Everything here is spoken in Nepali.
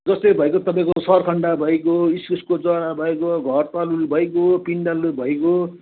जस्तै भयो तपाईँको सखरखण्ड भइगयो इस्कुसको जरा भइगयो घरतरुल भइगयो पिँडालु भइगयो